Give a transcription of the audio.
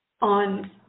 on